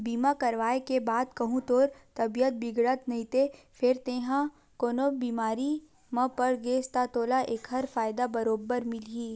बीमा करवाय के बाद कहूँ तोर तबीयत बिगड़त नइते फेर तेंहा कोनो बेमारी म पड़ गेस ता तोला ऐकर फायदा बरोबर मिलही